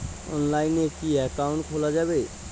অনলাইনে কি অ্যাকাউন্ট খোলা যাবে?